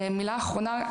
מילה אחרונה.